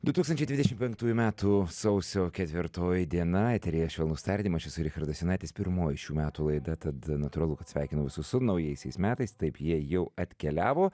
du tūkstančiai dvidešimt penktųjų metų sausio ketvirtoji diena eteryje švelnūs tardymai aš esu richardas jonaitis pirmoji šių metų laida tad natūralu kad sveikinu visus su naujaisiais metais taip jie jau atkeliavo